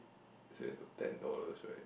so it's about ten dollars right